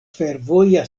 fervoja